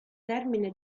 termine